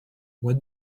what